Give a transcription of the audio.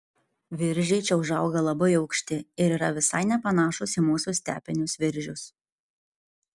viržiai čia užauga labai aukšti ir yra visai nepanašūs į mūsų stepinius viržius